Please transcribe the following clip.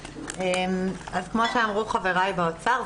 כמו שאמרו חבריי באוצר,